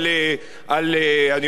אני יודע,